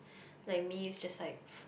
like me is just like